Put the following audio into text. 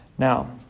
Now